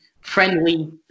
friendly